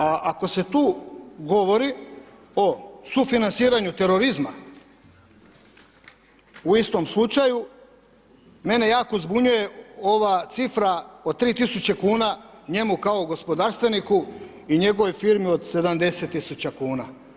Ako se tu govori o sufinanciranju terorizma u istom slučaju, mene jako zbunjuje ova cifra od 3 tisuće kuna njemu kao gospodarstveniku i njegovoj firmi od 70 tisuća kuna.